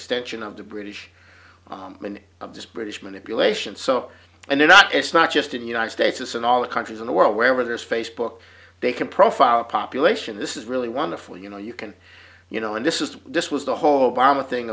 extension of the british meaning of this british manipulation so and they're not it's not just in united states it's in all the countries in the world wherever there's facebook they can profile population this is really wonderful you know you can you know and this is this was the whole bomb a thing